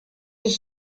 ich